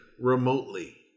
remotely